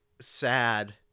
sad